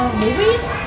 movies